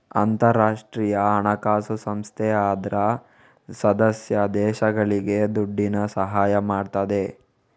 ಅಂತಾರಾಷ್ಟ್ರೀಯ ಹಣಕಾಸು ಸಂಸ್ಥೆ ಅದ್ರ ಸದಸ್ಯ ದೇಶಗಳಿಗೆ ದುಡ್ಡಿನ ಸಹಾಯ ಮಾಡ್ತದೆ